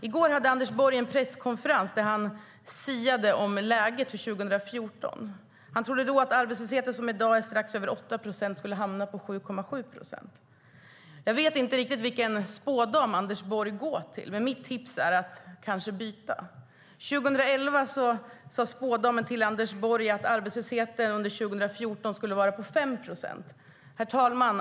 I går hade Anders Borg en presskonferens där han siade om läget för 2014. Han trodde då att arbetslösheten, som i dag är strax över 8 procent, skulle hamna på 7,7 procent. Jag vet inte riktigt vilken spådam Anders Borg går till, men mitt tips är att kanske byta. År 2011 sade spådamen till Anders Borg att arbetslösheten under 2014 skulle vara på 5 procent.